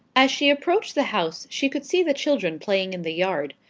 as she approached the house she could see the children playing in the yard.